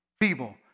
feeble